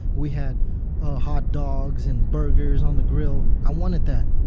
we had hot dogs and burgers on the grill. i wanted that.